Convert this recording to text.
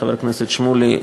חבר הכנסת שמולי.